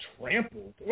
trampled